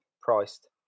priced